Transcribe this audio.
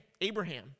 Abraham